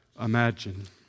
imagine